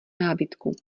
nábytku